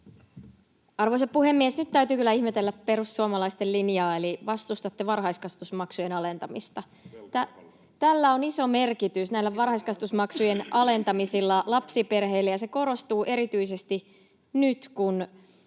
Arvoisa puhemies! Nyt täytyy kyllä ihmetellä perussuomalaisten linjaa, eli vastustatte varhaiskasvatusmaksujen alentamista. [Juha Mäenpää: Velkarahalla!] Näillä varhaiskasvatusmaksujen alentamisilla on iso merkitys lapsiperheille, ja se korostuu erityisesti nyt, kun